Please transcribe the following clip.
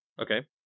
Okay